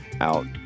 out